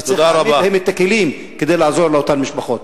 שצריך לתת להם את הכלים כדי לעזור לאותן משפחות.